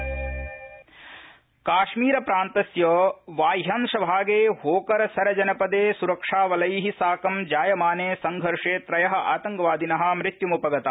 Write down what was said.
काश्मीर संघर्ष काश्मीस्पान्तस्य बाह्यंश भागे होकरसर जनपदे सुरक्षाबलै साकं जायमाने संघर्षे त्रय आतंकवादिन मृत्युम् उपगता